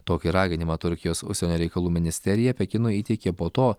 tokį raginimą turkijos užsienio reikalų ministerija pekinui įteikė po to